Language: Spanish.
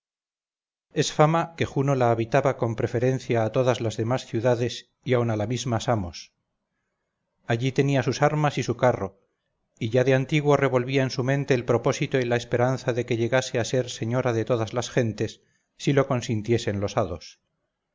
es fama que juno la habitaba con preferencia a todas las demás ciudades y aun a la misma samos allí tenía sus armas y su carro y ya de antiguo revolvía en su mente el propósito y la esperanza de que llegase a ser señora de todas las gentes si lo